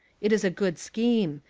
it is a good scheme.